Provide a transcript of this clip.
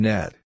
Net